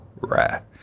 rare